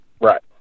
Right